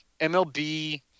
MLB